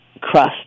crust